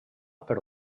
però